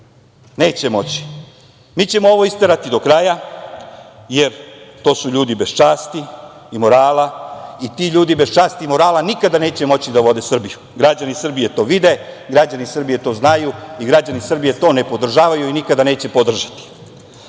Neće moći. Mi ćemo ovo isterati do kraja, jer to su ljudi bez časti i morala i ti ljudi bez časti i morala nikada neće moći da vode Srbiju. Građani Srbije to vide, građani Srbije to znaju i građani Srbije to ne podržavaju i nikada neće podržati. Srbija